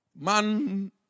Man